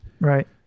Right